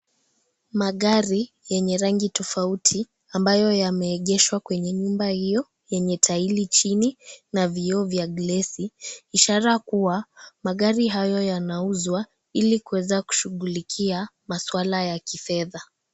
Magari yenye rangi tofauti ambayo yameegeshwa kwenye nyumba hiyo yenye taili chini na vioo vya glesi ishara kuwa magari hayo yanauzwa ili kuweza kushughulikia maswala ya kifedha.